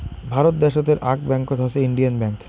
ভারত দ্যাশোতের আক ব্যাঙ্কত হসে ইন্ডিয়ান ব্যাঙ্ক